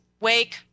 Wake